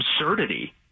absurdity